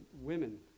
women